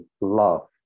love